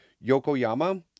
Yokoyama